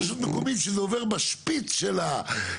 יכול להיות רשות מקומית שזה עובר בשפיץ של הגבול.